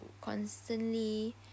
constantly